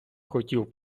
хотів